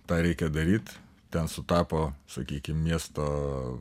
tą reikia daryt ten sutapo sakykim miesto